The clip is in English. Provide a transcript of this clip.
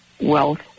wealth